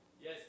yes